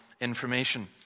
information